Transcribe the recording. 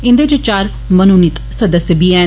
इन्दे च चार मनोनीत सदस्य बी हैन